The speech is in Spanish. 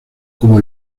como